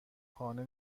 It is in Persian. خانه